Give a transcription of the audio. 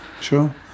sure